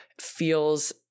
feels